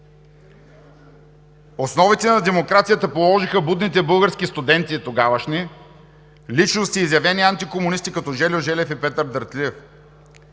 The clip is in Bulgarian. Основите на демокрацията положиха будните български студенти –тогавашни, личности изявени антикомунисти като Жельо Желев и Петър Дертлиев,